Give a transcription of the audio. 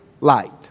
light